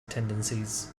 tendencies